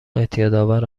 اعتیادآور